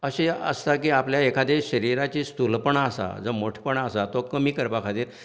अशें आसता की आपल्याले एकादे शरिरांची स्थुलपणां आसा जो मोटेपणां आसात तो कमी करपा खातीर